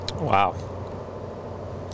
Wow